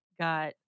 got